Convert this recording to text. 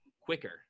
quicker